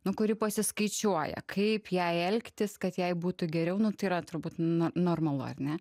nu kuri pasiskaičiuoja kaip jai elgtis kad jai būtų geriau nu tai yra turbūt no normalu ar ne